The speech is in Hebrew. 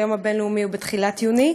היום הבן-לאומי הוא בתחילת יוני.